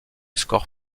score